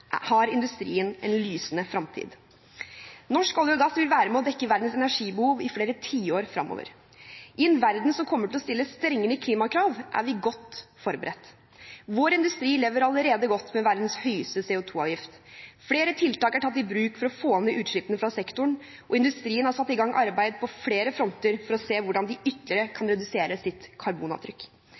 har industrien en lysende fremtid. Norsk olje og gass vil være med på å dekke verdens energibehov i flere tiår fremover. I en verden som kommer til å stille strengere klimakrav, er vi godt forberedt. Vår industri lever allerede godt med verdens høyeste CO2-avgift. Flere tiltak er tatt i bruk for å få ned utslippene fra sektoren, og industrien har satt i gang arbeid på flere fronter for å se på hvordan de ytterligere kan redusere sitt karbonavtrykk.